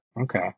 Okay